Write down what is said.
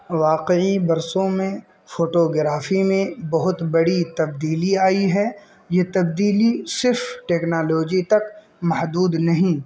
واقعی برسوں میں فوٹوگرافی میں بہت بڑی تبدیلی آئی ہے یہ تبدیلی صرف ٹیکنالوجی تک محدود نہیں